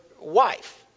wife